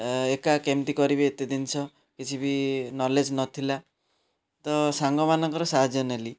ଏକା କେମତି କରିବି ଏତେ ଜିନିଷ କିଛି ବି ନଲେଜ୍ ନଥିଲା ତ ସାଙ୍ଗମାନଙ୍କର ସାହାଯ୍ୟ ନେଲି